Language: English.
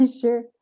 Sure